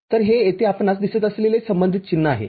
तर हे येथे आपणास दिसत असलेले संबंधित चिन्ह आहे